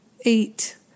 eight